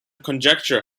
conjecture